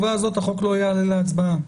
החוק לא יעלה להצבעה.